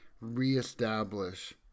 Reestablish